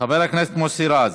חבר הכנסת מוסי רז,